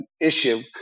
issue